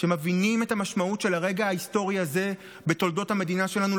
שמבינים את המשמעות של הרגע ההיסטורי הזה בתולדות המדינה שלנו,